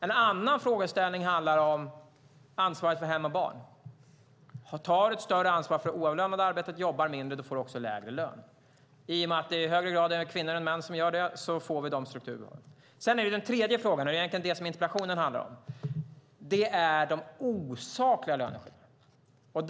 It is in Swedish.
En annan frågeställning handlar om ansvaret för hem och barn. Tar du ett större ansvar för det oavlönade arbetet och jobbar mindre, då får du också lägre lön. I och med att det i högre grad är kvinnor än män som gör det får vi dessa strukturer. Den tredje frågan, och det är egentligen det som interpellationen handlar om, handlar de osakliga löneskillnaderna.